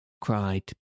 cried